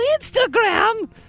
Instagram